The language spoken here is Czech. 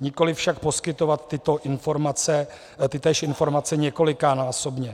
nikoli však poskytovat tytéž informace několikanásobně.